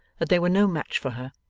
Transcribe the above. that they were no match for her,